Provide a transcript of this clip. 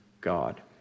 God